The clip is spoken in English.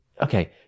Okay